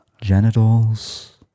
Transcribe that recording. genitals